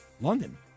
London